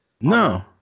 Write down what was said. No